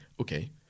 okay